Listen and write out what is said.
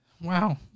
Wow